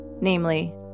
Namely